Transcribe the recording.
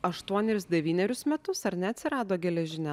aštuonerius devynerius metus ar ne atsirado geležinė